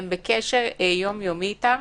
הם בקשר יום יומי איתם,